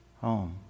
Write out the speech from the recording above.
home